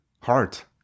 Heart